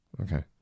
Okay